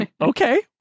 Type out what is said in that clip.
Okay